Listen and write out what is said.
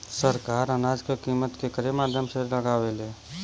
सरकार अनाज क कीमत केकरे माध्यम से लगावे ले?